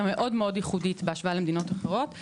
מאוד ייחודית בהשוואה למדינות אחרות,